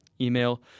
email